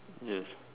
yes